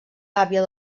gàbia